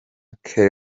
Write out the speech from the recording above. keri